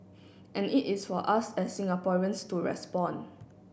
and it is for us as Singaporeans to respond